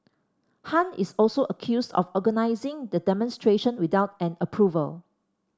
Han is also accused of organising the demonstration without an approval